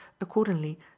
accordingly